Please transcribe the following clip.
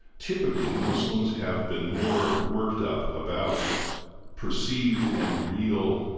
typically, muslims have been more worked up about perceived and real